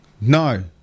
No